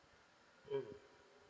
mmhmm